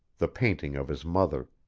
the painting of his mother,